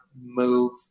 move